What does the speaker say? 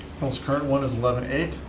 most current one is eleven eight